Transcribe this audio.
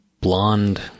blonde